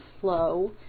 flow